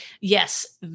yes